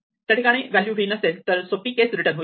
त्या ठिकाणी value v नसेल तर सोपी केस रिटर्न होईल